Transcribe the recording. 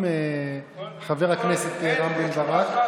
לפי הפרסומים בארצות הברית,